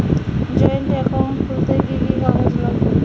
Joint account খুলতে কি কি কাগজ লাগবে?